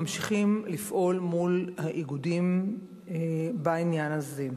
ממשיכים לפעול מול האיגודים בעניין הזה.